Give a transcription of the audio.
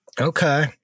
Okay